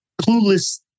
clueless